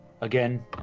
Again